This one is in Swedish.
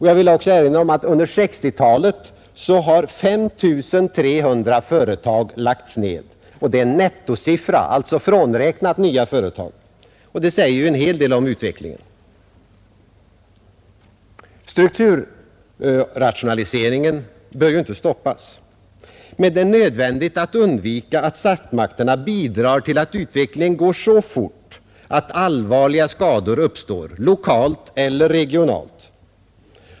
Jag vill också erinra om att under 1960—talet har 5 300 företag lagts ned. Det är en nettosiffra, alltså med nya företag frånräknade. Det säger en hel del om utvecklingen. Strukturrationaliseringen bör inte stoppas, men det är nödvändigt att se till att statsmakterna handlar på ett sådant sätt att den inte går så fort att allvarliga skador uppstår, lokalt eller regionalt.